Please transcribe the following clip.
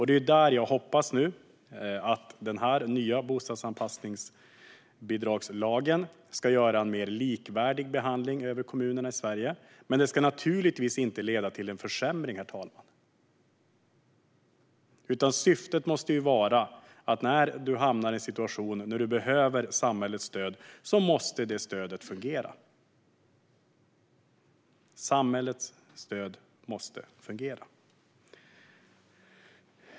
Det är därför som jag hoppas att denna nya bostadsanpassningsbidragslagen ska göra att det blir en mer likvärdig behandling i kommunerna i Sverige. Men det ska naturligtvis inte leda till en försämring. Syftet måste vara att när man hamnar i en situation och behöver samhällets stöd måste detta stöd fungera. Samhällets stöd måste fungera.